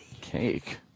Cake